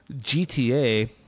gta